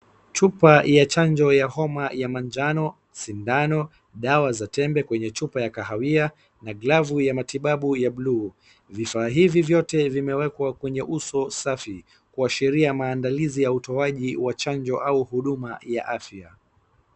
Chupa ya chanjo ya homa ya manjano, sindano, dawa za tembe kwenye chupa ya kahawia, na glavu ya matibabu ya blue . Vifaa hivi vyote vimewekwa kwenye uso safi kuashiria maandalizi ya utaoji wa chanjo au huduma ya afya.